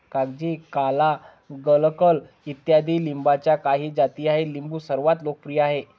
कागजी, काला, गलगल इत्यादी लिंबाच्या काही जाती आहेत लिंबू सर्वात लोकप्रिय आहे